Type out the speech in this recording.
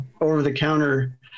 over-the-counter